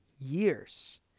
years